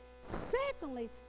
Secondly